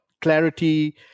clarity